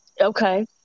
Okay